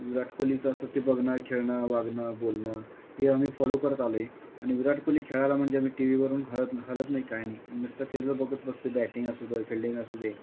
विराट कोहलीचं असं ते बघणं खेळणं वागणं बोलणं हे आम्ही फॉलो करत आलो आहे आणि विराट कोहली खेळायला म्हणजे आम्ही टी व्हीवरून हलत हलत नाही काय नाही नुसतं त्याचं बघत बसतो आहे बॅटिंग असू दे फिल्डिंग असू दे